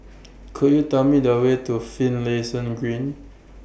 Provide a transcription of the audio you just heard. Could YOU Tell Me The Way to Finlayson Green